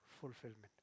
fulfillment